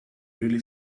really